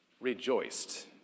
Rejoiced